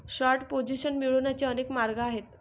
short position मिळवण्याचे अनेक मार्ग आहेत